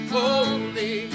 holy